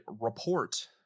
report